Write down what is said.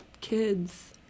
kids